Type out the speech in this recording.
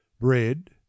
Bread